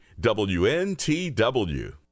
WNTW